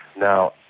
now,